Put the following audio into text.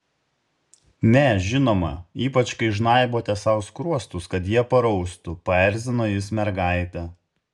ne žinoma ypač kai žnaibote sau skruostus kad jie paraustų paerzino jis mergaitę